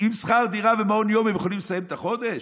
עם שכר דירה ומעון יום הם יכולים לסיים את החודש?